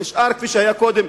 נשאר כפי שהיה קודם,